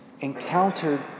encountered